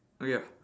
uh ya